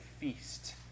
feast